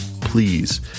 Please